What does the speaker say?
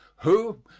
who,